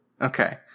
Okay